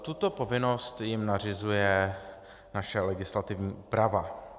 Tuto povinnost jim nařizuje naše legislativní úprava.